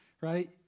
right